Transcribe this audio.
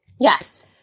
Yes